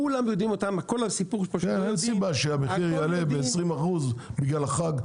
כולם יודעים עליהם -- אין סיבה שהמחיר יעלה ב-20% בגלל החג,